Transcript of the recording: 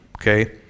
okay